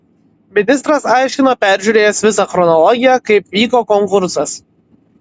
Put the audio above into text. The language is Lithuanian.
ministras aiškino peržiūrėjęs visą chronologiją kaip vyko konkursas